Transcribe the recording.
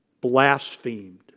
blasphemed